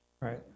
Right